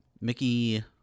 Mickey